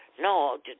No